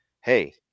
hey